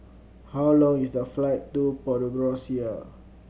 how long is the flight to Podgorica